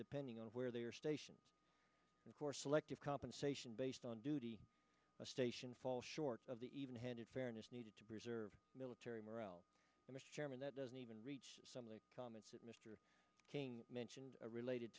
depending on where they are stationed or selective compensation based on duty station fall short of the even handed fairness needed to preserve military morale mr chairman that doesn't even reach some of the comments that mr king mentioned are related